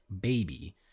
baby